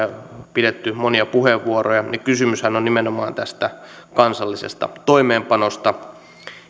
pidetty monia puheenvuoroja kysymyshän on nimenomaan tästä kansallisesta toimeenpanosta